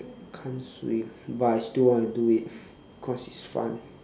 can't swim but I still want to do it cause it's fun